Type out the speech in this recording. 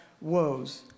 woes